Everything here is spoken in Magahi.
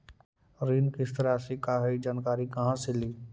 ऋण किस्त रासि का हई जानकारी कहाँ से ली?